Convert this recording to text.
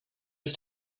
was